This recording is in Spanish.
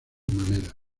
maneras